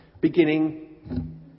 beginning